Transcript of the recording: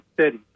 City